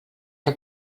que